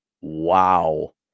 Wow